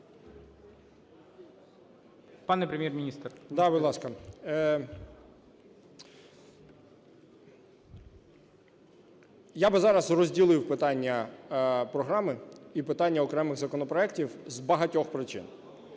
Я би зараз розділив питання програми і питання окремих законопроектів з багатьох причин.